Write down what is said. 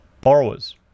borrowers